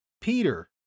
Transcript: Peter